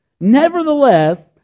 nevertheless